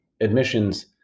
admissions